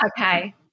Okay